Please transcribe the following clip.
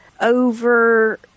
over